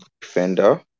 defender